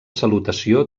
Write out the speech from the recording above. salutació